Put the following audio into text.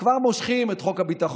כבר מושכים את חוק הביטחון,